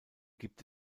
gibt